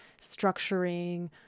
structuring